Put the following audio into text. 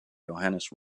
johannes